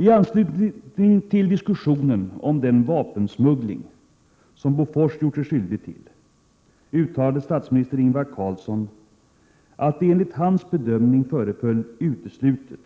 I anslutning till diskussionen om den vapensmuggling som Bofors gjort sig skyldig till uttalade statsminister Ingvar Carlsson att det enligt hans bedömning föreföll uteslutet